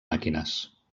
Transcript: màquines